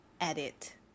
edit